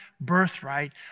birthright